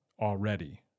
already